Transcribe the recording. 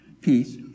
peace